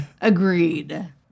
Agreed